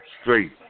Straight